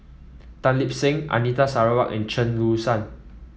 Tan Lip Seng Anita Sarawak and Chen Su Lan